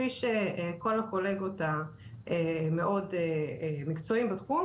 כפי שכל הקולגות המאוד מקצועיים בתחום